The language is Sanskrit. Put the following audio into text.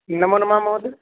नमो नमः महोदय